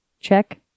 Check